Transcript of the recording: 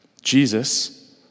Jesus